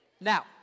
Now